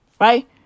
right